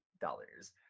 dollars